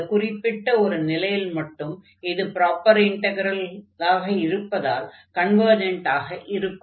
இந்த குறிப்பிட்ட ஒரு நிலையில் மட்டும் இது ப்ராப்பர் இன்டக்ரலாக இருப்பதால் கன்வர்ஜன்டாக இருக்கும்